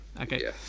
Okay